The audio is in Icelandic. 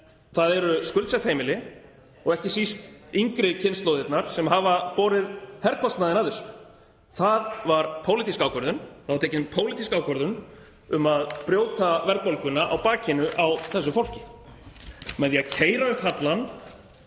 það eru skuldsett heimili og ekki síst yngri kynslóðirnar sem hafa borið herkostnaðinn af þessu. Það var pólitísk ákvörðun. Það var tekin pólitísk ákvörðun um að brjóta verðbólguna á bakinu á þessu fólki. Með því að keyra upp hallann